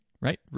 Right